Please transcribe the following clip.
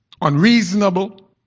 unreasonable